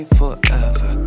forever